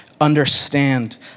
understand